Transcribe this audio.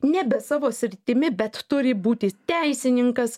nebe savo sritimi bet turi būti teisininkas